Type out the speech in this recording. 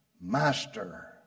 master